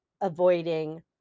avoiding